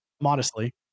Modestly